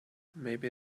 maybe